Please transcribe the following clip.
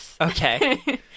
Okay